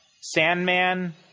Sandman